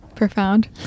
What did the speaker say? profound